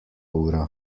ura